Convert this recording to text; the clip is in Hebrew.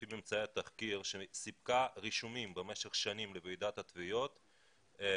לפי ממצאי התחקיר רישומים במשך שנים לוועידת התביעות של